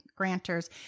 grantors